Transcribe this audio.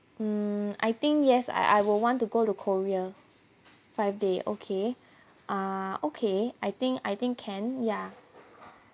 um I think yes I I will want to go to korea five day okay ah okay I think I think can ya